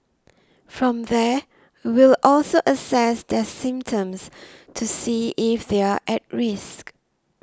from there we'll also assess their symptoms to see if they're at risk